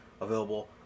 available